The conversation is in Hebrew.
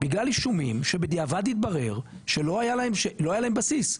בגלל אישומים שבדיעבד התברר שלא היה להם בסיס.